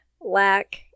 lack